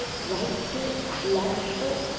right foot, left foot,